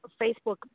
Facebook